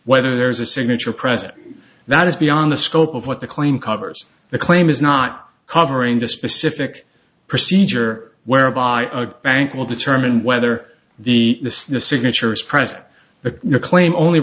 whether there's a signature present that is beyond the scope of what the claim covers the claim is not covering the specific procedure whereby a bank will determine whether the listener signature is present the claim only